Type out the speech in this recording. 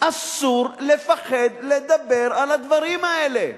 אסור לפחד לדבר על הדברים האלה.